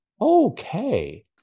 Okay